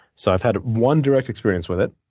so i've had one direct experience with it,